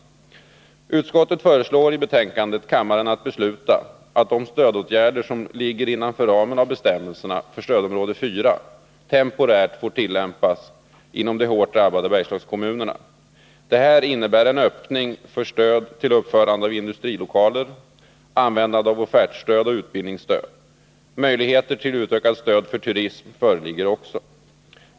Utskottet föreslår i betänkandet kammaren att besluta att de stödåtgärder som ligger innanför ramen av bestämmelserna för stödområde 4 temporärt får tillämpas inom de hårt drabbade Bergslagskommunerna. Detta innebär en öppning för stöd till uppförande av industrilokaler, användande av offertstöd och utbildningsstöd. Möjligheter till utökat stöd för turism föreligger också.